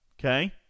okay